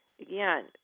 Again